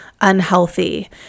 unhealthy